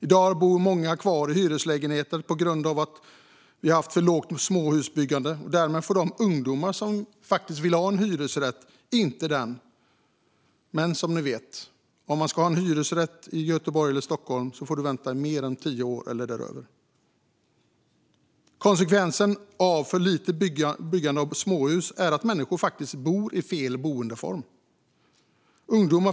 I dag bor många kvar i hyreslägenhet på grund av att vi har haft ett för litet småhusbyggande, och därmed får de ungdomar som vill ha en hyresrätt inte någon sådan. Som ni vet får man vänta mer än tio år om man ska ha en hyresrätt i Stockholm eller Göteborg. Konsekvensen av ett för litet byggande av småhus är att människor faktiskt bor i fel boendeform.